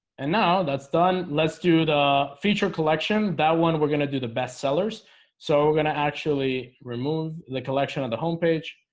and now that's done. let's do the feature collection that one we're gonna do the bestsellers. so we're gonna actually remove the collection of the home page.